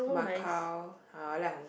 Macau uh I like Hong-Kong